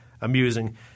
amusing